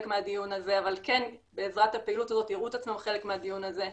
מהדיון הזה אבל כן בעזרת הפעילות הזאת יראו את עצמם חלק מהדיון הזה,